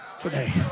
today